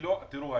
תראו,